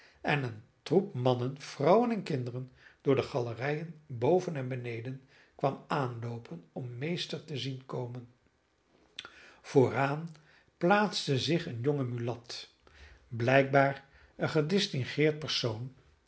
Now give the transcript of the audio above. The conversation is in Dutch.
en een troep mannen vrouwen en kinderen door de galerijen boven en beneden kwam aanloopen om meester te zien komen vooraan plaatste zich een jonge mulat blijkbaar een gedistingueerd persoon